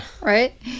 right